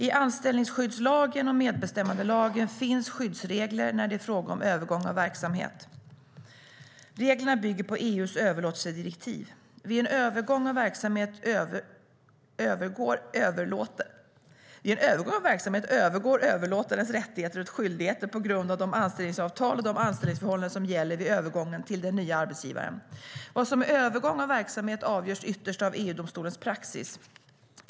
I anställningsskyddslagen och medbestämmandelagen finns skyddsregler när det är fråga om övergång av verksamhet. Reglerna bygger på EU:s överlåtelsedirektiv. Vid en övergång av verksamhet övergår överlåtarens rättigheter och skyldigheter på grund av de anställningsavtal och de anställningsförhållanden som gäller vid övergången till den nya arbetsgivaren. Vad som är övergång av verksamhet avgörs ytterst av EU-domstolens praxis.